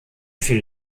fiel